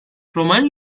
romen